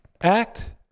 act